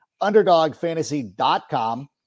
underdogfantasy.com